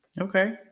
Okay